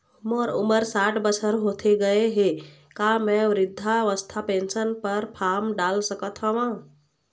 मोर उमर साठ बछर होथे गए हे का म वृद्धावस्था पेंशन पर फार्म डाल सकत हंव?